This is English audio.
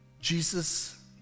Jesus